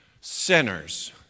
sinners